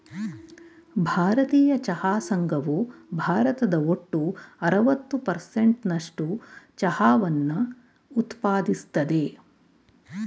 ಭಾರತೀಯ ಚಹಾ ಸಂಘವು ಭಾರತದ ಒಟ್ಟು ಅರವತ್ತು ಪರ್ಸೆಂಟ್ ನಸ್ಟು ಚಹಾವನ್ನ ಉತ್ಪಾದಿಸ್ತದೆ